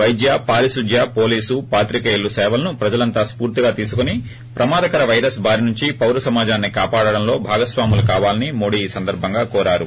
వైద్య పారిశుద్ద్య పోలీసు పాత్రికేయుల సేవలను ప్రజలంతా స్పూర్తిగా తీసుకొని ప్రమాదకర పైరస్ బారి నుంచి పౌర సమాజాన్ని కాపాడడంలో భాగస్వాములు కావాలని మోడీ ఈ సందర్బంగా కోరారు